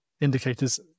indicators